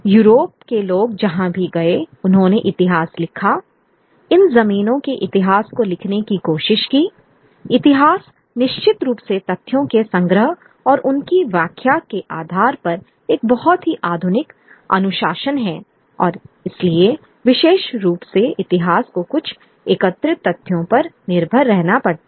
Europe के लोग जहां भी गए उन्होंने इतिहास लिखा इन जमीनों के इतिहास को लिखने की कोशिश की इतिहास निश्चित रूप से तथ्यों के संग्रह और उनकी व्याख्या के आधार पर एक बहुत ही आधुनिक अनुशासन है और इसलिए विशेष रूप से इतिहास को कुछ एकत्रित तथ्यों पर निर्भर रहना पड़ता है